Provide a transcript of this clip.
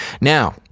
now